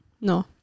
No